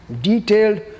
detailed